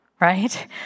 right